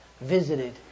visited